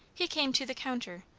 he came to the counter,